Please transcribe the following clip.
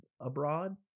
abroad